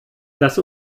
lass